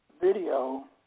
video